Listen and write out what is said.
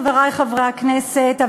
חברי חברי הכנסת,